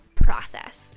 process